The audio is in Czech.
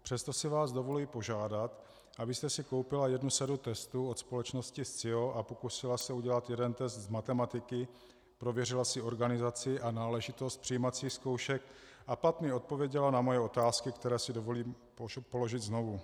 Přesto si vás dovoluji požádat, abyste si koupila jednu sadu testů od společnosti Scio a pokusila se udělat jeden test z matematiky, prověřila si organizaci a náležitost přijímacích zkoušek a pak mi odpověděla na moje otázky, které si dovolím položit znovu.